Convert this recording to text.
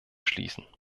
schließen